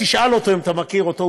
תשאל אותו אם אתה מכיר אותו,